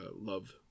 Love